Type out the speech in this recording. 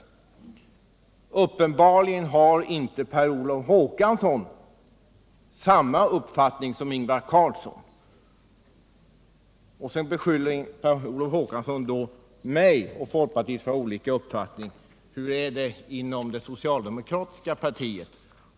Uppenbarligen har Per Olof Håkansson inte samma uppfattning som Ingvar Carlsson. Och sedan beskyller Per Olof Håkansson mig och folkpartiet för att ha olika uppfattningar. Hur är det inom det socialdemokratiska partiet?